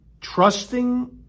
trusting